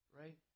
right